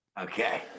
Okay